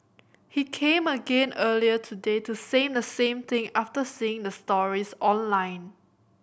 he came again earlier today to say the same thing after seeing the stories online